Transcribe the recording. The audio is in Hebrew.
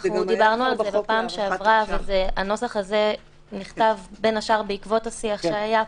דיברנו על זה בפעם שעברה והנוסח הזה נכתב בין השאר בעקבות השיח שהיה פה,